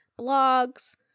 blogs